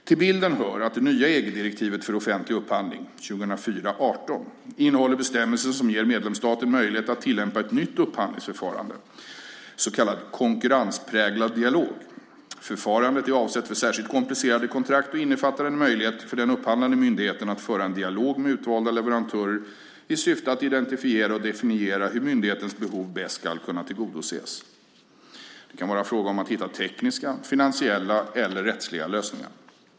Till bilden hör att det nya EG-direktivet för offentlig upphandling innehåller bestämmelser som ger medlemsstaten möjlighet att tillämpa ett nytt upphandlingsförfarande, så kallad konkurrenspräglad dialog. Förfarandet är avsett för särskilt komplicerade kontrakt och innefattar en möjlighet för den upphandlande myndigheten att föra en dialog med utvalda leverantörer i syfte att identifiera och definiera hur myndighetens behov bäst ska kunna tillgodoses. Det kan vara fråga om att hitta tekniska, finansiella eller rättsliga lösningar.